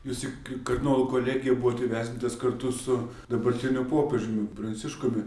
jūs į kardinolų kolegiją buvot įvesdintas kartu su dabartiniu popiežiumi pranciškumi